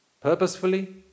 Purposefully